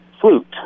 Flute